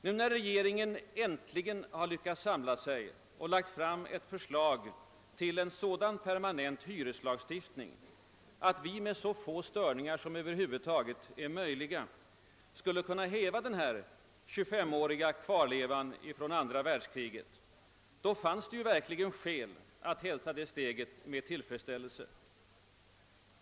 När regeringen äntligen har lyckats samla sig och lagt fram ett förslag till en sådan permanent hyreslagstiftning att vi med så få störningar som möjligt skulle kunna häva denna 25-åriga kvarleva från andra världskriget, då fanns det verkligen skäl att hälsa detta steg med tillfredsställelse.